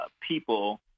people